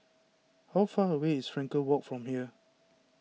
how far away is Frankel Walk from here